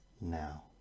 now